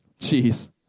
Jeez